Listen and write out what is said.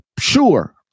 Sure